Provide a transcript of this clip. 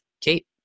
Kate